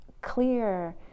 clear